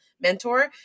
mentor